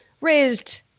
raised